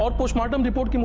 ah post mortem report